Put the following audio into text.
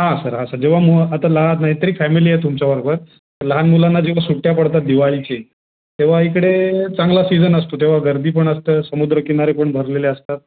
हां सर हां सर जेव्हा मु आताला नाहीतरी फॅमिली आहे तुमच्या बरोबर लहान मुलांना जेव्हा सुट्ट्या पडतात दिवाळीची तेव्हा इकडे चांगला सीजन असतो तेव्हा गर्दी पण असते समुद्र किनारे पण भरलेले असतात